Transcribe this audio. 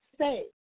say